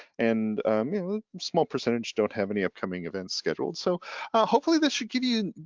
and small percentage don't have any upcoming events scheduled. so hopefully this should give you